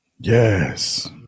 Yes